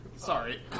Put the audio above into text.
Sorry